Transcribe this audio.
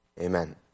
Amen